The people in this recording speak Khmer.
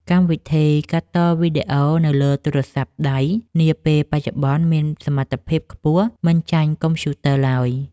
កម្មវិធីកាត់តវីដេអូនៅលើទូរស័ព្ទដៃនាពេលបច្ចុប្បន្នមានសមត្ថភាពខ្ពស់មិនចាញ់កុំព្យូទ័រឡើយ។